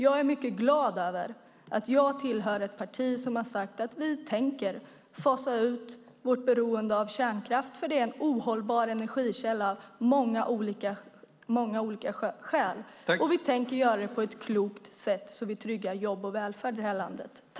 Jag är mycket glad över att jag tillhör ett parti som har sagt att vi tänker fasa ut vårt beroende av kärnkraft, för det är en ohållbar energikälla av många olika skäl. Och vi tänker göra det på ett klokt sätt så att vi tryggar jobb och välfärd i det här landet.